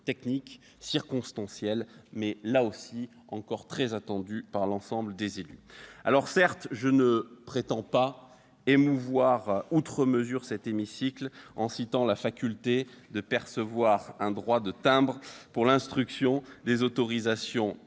techniques, circonstancielles, mais là aussi, très attendues par l'ensemble des élus. Certes, je ne prétends pas émouvoir outre mesure cet hémicycle en citant la faculté, que nous avons introduite, de percevoir un droit de timbre pour l'instruction des autorisations